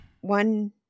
One